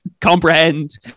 comprehend